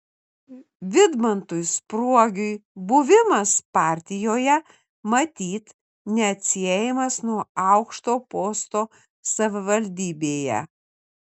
vidmantui spruogiui buvimas partijoje matyt neatsiejamas nuo aukšto posto savivaldybėje